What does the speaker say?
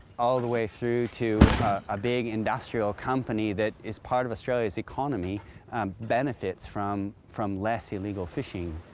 all the way through to a big industrial company that is part of australia's economy benefits from from less illegal fishing.